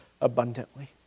abundantly